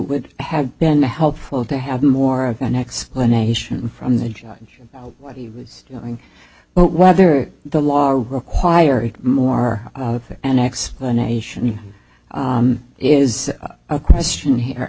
would have been helpful to have more of an explanation from the judge what he was going but whether the law required more of an explanation is a question here